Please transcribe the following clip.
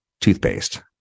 toothpaste